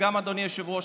ואדוני היושב-ראש,